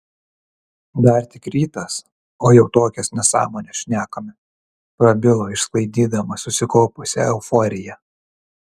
dar tik rytas o jau tokias nesąmones šnekame prabilo išsklaidydamas susikaupusią euforiją